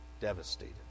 devastated